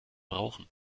brauchen